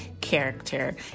character